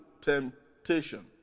temptation